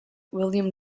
william